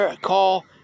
call